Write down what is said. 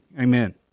Amen